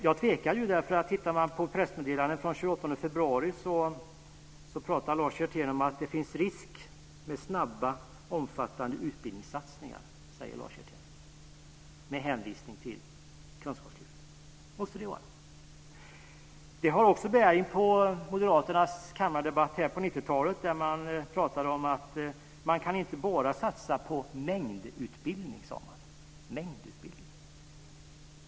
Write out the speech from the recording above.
Jag tvekar, för i pressmeddelandet från den 28 februari pratar Lars Hjertén om att det finns en risk med snabba omfattande utbildningssatsningar. Det måste vara med hänvisning till Kunskapslyftet. Det har också bäring på moderaternas kammardebatt på 90-talet, där man pratade om att man inte bara kan satsa på mängdutbildning.